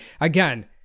Again